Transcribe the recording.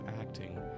acting